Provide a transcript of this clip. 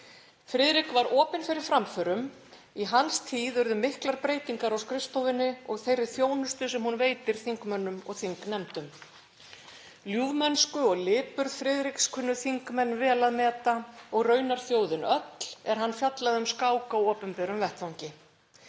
Friðrik var opinn fyrir framförum. Í hans tíð urðu miklar breytingar á skrifstofunni og þeirri þjónustu sem hún veitir þingmönnum og þingnefndum. Ljúfmennsku og lipurð Friðriks kunnu þingmenn vel að meta, og raunar þjóðin öll er hann fjallaði um skák á opinberum vettvangi.